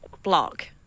Block